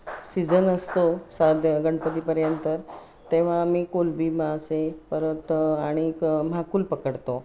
season असतो साद गणपतीपर्यंत तेव्हा आम्ही कोलंबी मासे परत आणि क म्हाकुल पकडतो